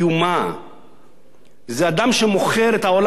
זה אדם שמוכר את העולם הבא בשביל שעה בעולם הזה.